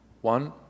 One